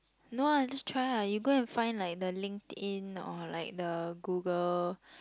no lah just try lah you go and find like the LinkedIn or like the Google